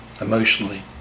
emotionally